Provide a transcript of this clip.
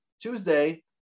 Tuesday